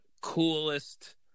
coolest